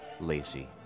Lacey